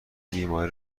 بیماری